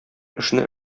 эшне